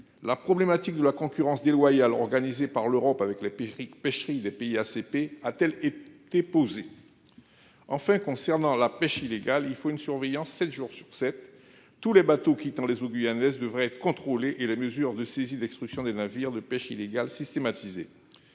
la problématique de la concurrence déloyale, organisé par l'Europe avec les périphériques pêcheries des pays ACP a-t-elle été déposée. Enfin concernant la pêche illégale, il faut une surveillance, 7 jours sur 7, tous les bateaux quittant les eaux guyanaises devrait contrôler et les mesures de saisie, destruction des navires de pêche illégale systématiser.